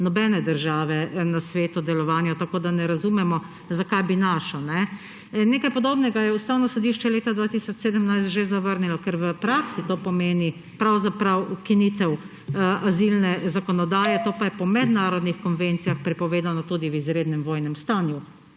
nobene države na svetu v delovanju, tako da ne razumemo, zakaj bi našo. Nekaj podobnega je Ustavno sodišče leta 2017 že zavrnilo, ker v praksi to pomeni pravzaprav ukinitev azilne zakonodaje, to pa je po mednarodnih konvencijah prepovedano tudi v izrednem vojnem stanju.